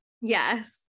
Yes